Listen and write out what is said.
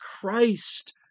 Christ